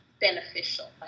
beneficial